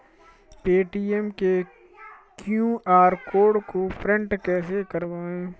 Paytm के QR code को print कैसे करवाएँ?